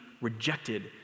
rejected